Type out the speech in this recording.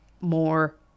more